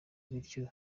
bityo